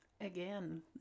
again